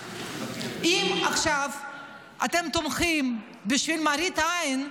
אם עכשיו אתם תומכים בשביל מראית עין,